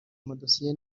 amadosiye